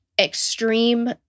Extreme